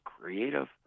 creative